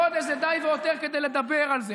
חודש זה די והותר כדי לדבר על זה.